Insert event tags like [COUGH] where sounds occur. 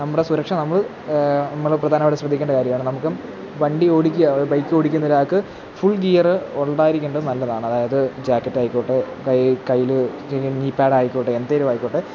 നമ്മുടെ സുരക്ഷ നമ്മള് നമ്മള് പ്രധാനമായിട്ടും ശ്രദ്ധിക്കേണ്ട കാര്യമാണ് നമുക്കും വണ്ടി ഓടിക്കുക ബൈക്കോടിക്കുന്ന ഒരാള്ക്ക് ഫുൾ ഗിയര് ഉണ്ടായിരിക്കേണ്ടത് നല്ലതാണ് അതായത് ജാക്കറ്റായിക്കോട്ടെ കയ്യി കയ്യില് [UNINTELLIGIBLE] നീ പാഡായിക്കോട്ടെ എന്തേലും ആയിക്കോട്ടെ